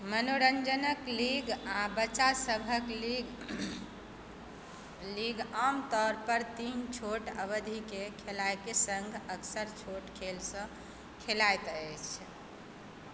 मनोरञ्जनक लीग आ बच्चासभक लीग आम तौर पर तीनटा छोट अवधिक खेलयबाक सङ्ग अक्सर छोट खेल खेलाइत अछि